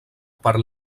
per